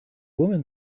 woman